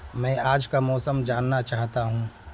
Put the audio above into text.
میں آج کا موسم جاننا چاہتا ہوں